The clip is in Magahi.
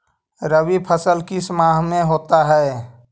रवि फसल किस माह में होता है?